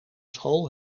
school